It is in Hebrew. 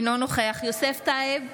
אינו נוכח יוסף טייב,